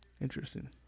interesting